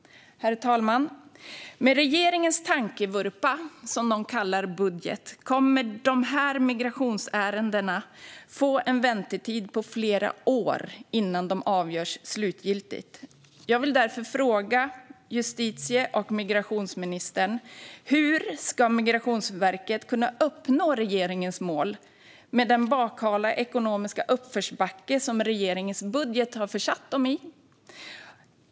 Herr talman! Med regeringens tankevurpa, som den kallar budget, kommer dessa migrationsärenden att få en väntetid på flera år innan de avgörs slutgiltigt. Jag vill därför fråga justitie och migrationsministern hur Migrationsverket ska uppnå regeringens mål med den bakhala ekonomiska uppförsbacke som regeringens budget har försatt verket i.